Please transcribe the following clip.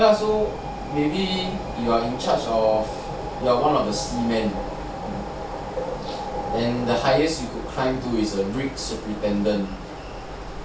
ya lah so maybe you are in charge of you are one of the seamen then the highest you could climb to is the ship superintendent